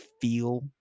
feel